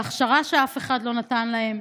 בהכשרה שאף אחד לא נתן להם,